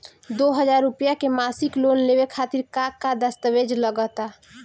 दो हज़ार रुपया के मासिक लोन लेवे खातिर का का दस्तावेजऽ लग त?